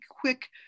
quick